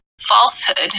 falsehood